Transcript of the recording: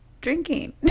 drinking